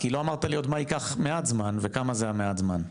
כי לא אמרת לי עוד מה ייקח מעט זמן וכמה זמן המעט זמן.